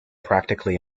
practically